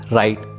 right